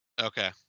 Okay